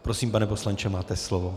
Prosím, pane poslanče, máte slovo.